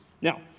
Now